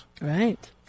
Right